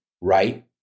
right